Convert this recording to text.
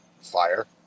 fire